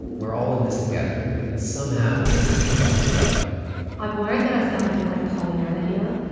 we're all in this together, that somehow we'll help each other i'm worried that i sound a bit like pollyanna here,